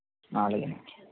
అలాగే అండి